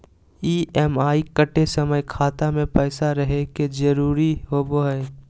EMI कटे समय खाता मे पैसा रहे के जरूरी होवो हई